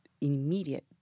immediate